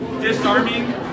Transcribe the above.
disarming